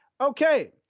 Okay